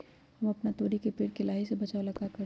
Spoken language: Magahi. हम अपना तोरी के पेड़ के लाही से बचाव ला का करी?